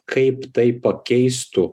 kaip tai pakeistų